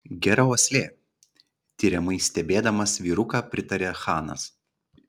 gera uoslė tiriamai stebėdamas vyruką pritarė chanas